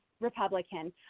republican